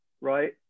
right